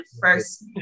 first